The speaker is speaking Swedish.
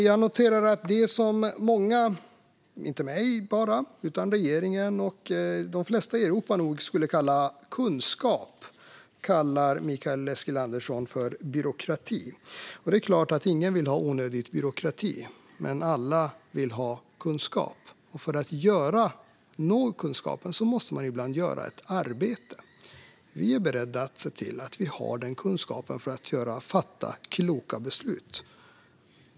Jag noterar att det som många, inte bara jag utan regeringen och de flesta i Europa, nog skulle kalla kunskap kallar Mikael Eskilandersson för byråkrati. Det är klart att ingen vill ha onödig byråkrati, men alla vill ha kunskap. Och för att nå kunskapen måste man ibland göra ett arbete. Vi är beredda att se till att vi har den kunskapen för att fatta kloka beslut.